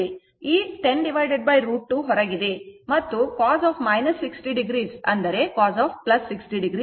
ಈ 10 √ 2 ಹೊರಗಿದೆ ಮತ್ತು cos 60o cos 60o ಆಗಿದೆ